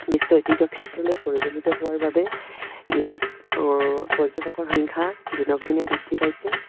বিশ্ব ঐতিহ্য ক্ষেত্ৰলৈ পৰিগণিত হোৱাৰ বাবে ইয়াত পৰ্যটকৰ সংখ্যা দিনক দিনে বৃদ্ধি পাইছে